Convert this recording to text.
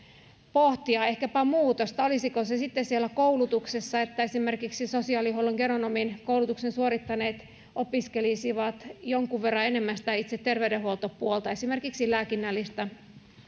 pohtia muutosta olisiko se sitten siellä koulutuksessa että esimerkiksi sosiaalihuollon geronomin koulutuksen suorittaneet opiskelisivat jonkun verran enemmän sitä itse terveydenhuoltopuolta esimerkiksi lääkinnällistä